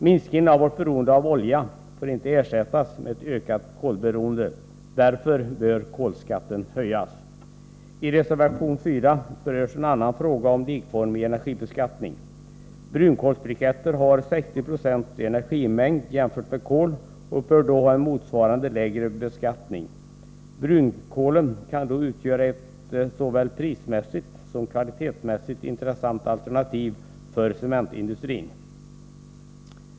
Minskningen av vårt beroende av olja får inte ersättas med ett ökat kolberoende. Därför bör kolskatten höjas. I reservation 4 berörs en annan fråga om likformig energibeskattning. Brunkolsbriketter har 60 20 energimängd jämfört med kol och bör då ha en motsvarande lägre beskattning. Brunkolen kan då utgöra ett såväl prismässigt som kvalitetsmässigt intressant alternativ för cementindustrin.